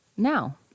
Now